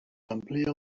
amplia